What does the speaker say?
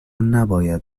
نباید